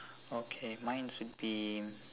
okay mine's would be